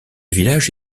village